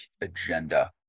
agenda